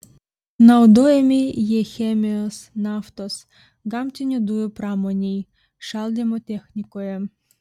naudojami jie chemijos naftos gamtinių dujų pramonėje šaldymo technikoje